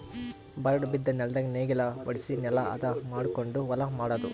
ಬರಡ್ ಬಿದ್ದ ನೆಲ್ದಾಗ ನೇಗಿಲ ಹೊಡ್ಸಿ ನೆಲಾ ಹದ ಮಾಡಕೊಂಡು ಹೊಲಾ ಮಾಡದು